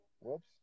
Whoops